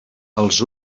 els